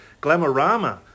Glamorama